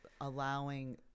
allowing